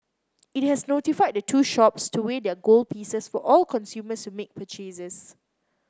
it has notified the two shops to weigh their gold pieces for all consumers who make purchases